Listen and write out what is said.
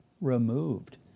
Removed